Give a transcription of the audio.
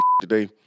today